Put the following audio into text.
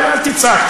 אל תצעק,